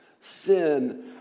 Sin